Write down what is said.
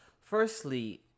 Firstly